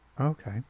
Okay